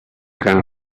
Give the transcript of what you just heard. plan